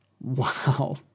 Wow